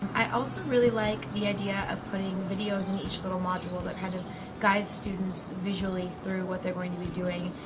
i also really like the idea of putting videos in each little module that had kind of guide students visually through what they're going to be doing.